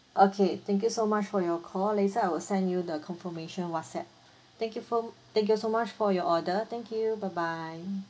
okay thank you so much for your call later I will send you the confirmation WhatsApp thank you from thank you so much for your order thank you bye bye